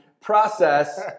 process